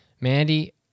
Mandy